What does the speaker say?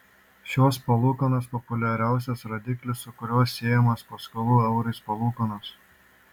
šios palūkanos populiariausias rodiklis su kuriuo siejamos paskolų eurais palūkanos